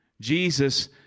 Jesus